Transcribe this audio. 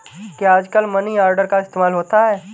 क्या आजकल money order का इस्तेमाल होता है?